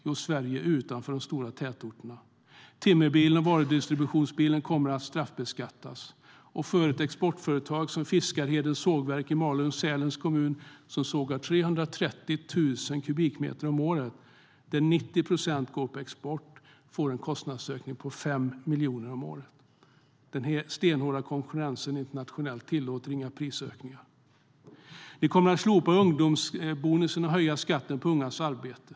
Jo, Sverige utanför de stora tätorterna. Timmerbilen och varudistributionsbilen kommer att straffbeskattas. Det exportberoende sågverket Fiskarhedens Trävaru AB i Malung-Sälens kommun, som sågar 330 000 kubikmeter per år varav 90 procent går på export, får en kostnadsökning på 5 miljoner om året. Den stenhårda internationella konkurrensen tillåter inga prisökningar. Ni kommer att slopa ungdomsbonusen och höja skatten på ungas arbete.